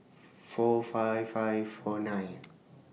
four five five four nine